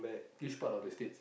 which part of the States